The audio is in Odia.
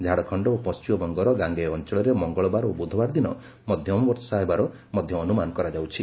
ଝାଡ଼ଖଣ୍ଡ ଓ ପଶ୍ଚିମବଙ୍ଗର ଗାଙ୍ଗେୟ ଅଞ୍ଚଳରେ ମଙ୍ଗଳବାର ଓ ବୁଧବାର ଦିନ ମଧ୍ୟମ ବର୍ଷା ହେବାର ମଧ୍ୟ ଅନୁମାନ କରାଯାଉଛି